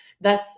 thus